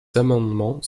amendements